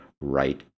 right